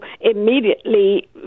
immediately